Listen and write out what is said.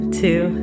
two